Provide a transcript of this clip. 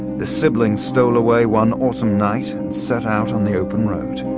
the siblings stole away one autumn night and set out on the open road.